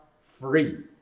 free